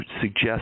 suggest